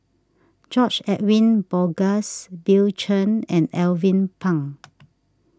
George Edwin Bogaars Bill Chen and Alvin Pang